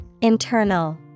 Internal